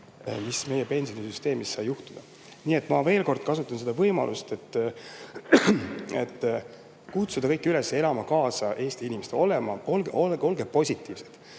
mis meie pensionisüsteemis juhtus. Ma veel kord kasutan võimalust, et kutsuda kõiki üles elama kaasa Eesti inimestele. Olge positiivsed!